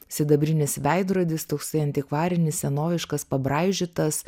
sidabrinis veidrodis toksai antikvarinis senoviškas pabraižytas